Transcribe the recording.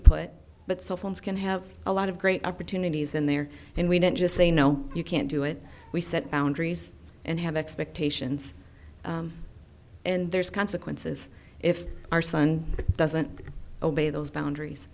put but cell phones can have a lot of great opportunities in there and we didn't just say no you can't do it we set boundaries and have expectations and there's consequences if our son doesn't obey those boundaries